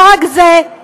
לא רק זה,